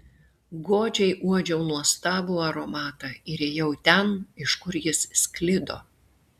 godžiai uodžiau nuostabų aromatą ir ėjau ten iš kur jis sklido